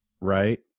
right